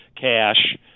cash